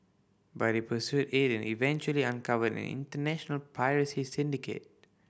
but he pursued it and eventually uncovered an international piracy syndicate